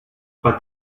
but